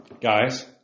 Guys